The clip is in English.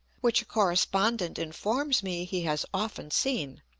which a correspondent informs me he has often seen.